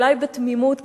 אולי בתמימות גדולה,